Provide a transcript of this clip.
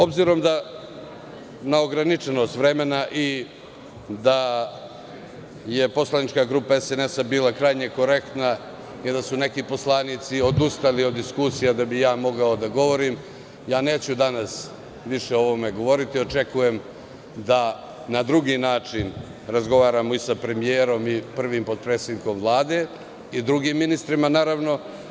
Obzirom na ograničenost vremena i da je poslanička grupa SNS bila krajnje korektna i da su neki poslanici odustali od diskusija da bih ja mogao da govorim, neću danas više o ovome govoriti, jer očekujem da na drugi način razgovaramo i sa premijerom i prvim potpredsednikom Vlade i drugim ministrima, naravno.